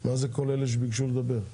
מה זה כל אלה שביקשו לדבר?